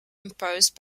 imposed